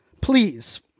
please